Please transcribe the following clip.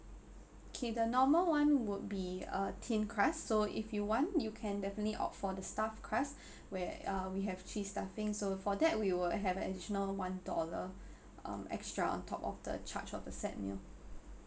K the normal one would be uh thin crust so if you want you can definitely opt for the stuffed crust where uh are we have cheese stuffing so for that we will have additional one dollar um extra on top of the charge of the set meal